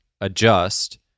adjust